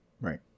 Right